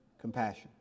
compassion